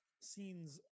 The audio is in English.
scenes